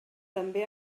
també